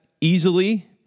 easily